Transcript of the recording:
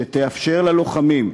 שתאפשר ללוחמים,